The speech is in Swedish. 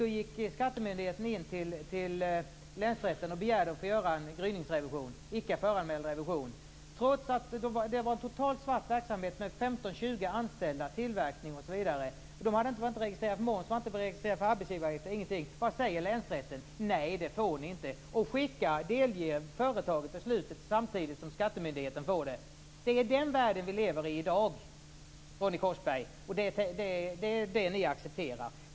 Skattemyndigheten gick in till länsrätten med begäran om att få göra en gryningsrevision, en icke föranmäld revision, eftersom företaget, som hade 15-20 anställda, inte var registrerat för moms, för arbetsgivaravgifter osv. Länsrätten biföll inte myndighetens begäran och delgav företaget sitt beslut samtidigt som man lämnade det till skattemyndigheten. Sådan är den värld som vi i dag lever i, Ronny Korsberg, och det är denna ordning som ni accepterar.